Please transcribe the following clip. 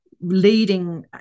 leading